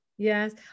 Yes